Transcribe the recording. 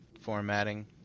formatting